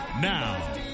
Now